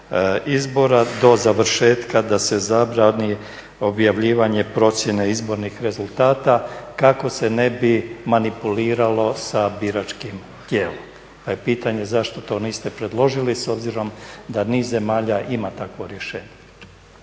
izbora do završetka da se zabrani objavljivanje procjene izbornih rezultata kako se ne bi manipuliralo sa biračkim tijelom. Pa je pitanje zašto to niste predložili s obzirom da niz zemalja ima takvo rješenje.